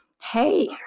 Hey